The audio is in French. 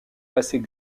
passer